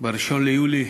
ב-1 ביולי,